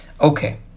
Okay